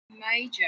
major